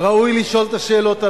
ראוי לשאול את השאלות הללו,